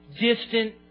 distant